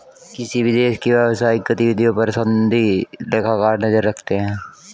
किसी भी देश की व्यवसायिक गतिविधियों पर सनदी लेखाकार नजर रखते हैं